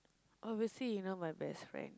obviously you're not my best friend